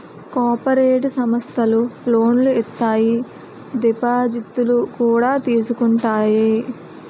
cooperative సమస్థలు లోనులు ఇత్తాయి దిపాజిత్తులు కూడా తీసుకుంటాయి